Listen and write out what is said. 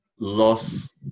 Loss